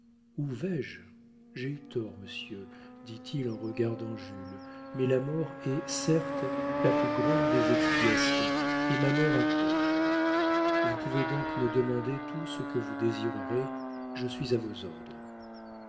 où vais-je j'ai eu tort monsieur dit-il en regardant jules mais la mort est certes la plus grande des expiations et ma mort approche vous pouvez donc me demander tout ce que vous désirerez je suis à vos ordres